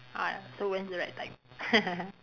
ah so when's the right time